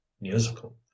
musical